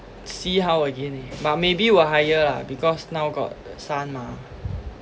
see how again eh but maybe will hire lah because now got the son mah